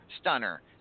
stunner